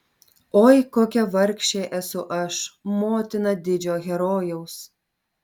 oi kokia vargšė esu aš motina didžio herojaus